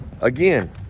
again